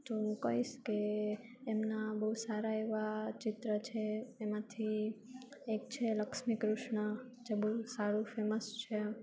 જો હું કહીશ કે એમના બહુ સારા એવાં ચિત્રો છે એમાંથી એક છે લક્ષ્મી કૃષ્ણ જે બઉ સારું ફેમસ છે